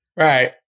Right